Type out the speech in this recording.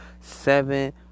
seven